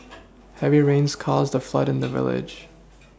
heavy rains caused a flood in the village